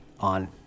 on